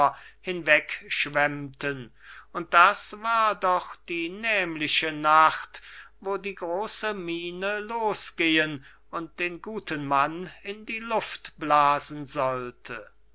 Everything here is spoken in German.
hinwegschwemmten und das war doch die nämliche nacht wo die große mine losgehen und den guten mann in die luft blasen sollte warum